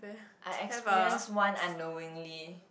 I experienced one unknowingly